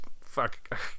fuck